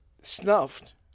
snuffed